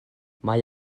mae